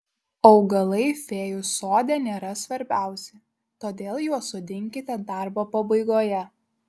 augalai fėjų sode nėra svarbiausi todėl juos sodinkite darbo pabaigoje